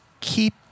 keep